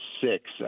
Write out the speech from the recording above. six